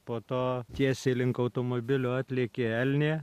po to tiesiai link automobilio atlėkė elnė